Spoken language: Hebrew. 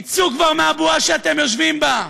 תצאו כבר מהבועה שאתם יושבים בה,